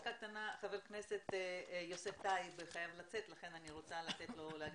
חבר הכנסת יוסף טייב חייב לצאת ואני רוצה לאפשר לו לדבר.